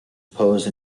pose